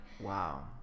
Wow